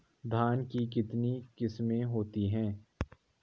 धान की कितनी किस्में होती हैं?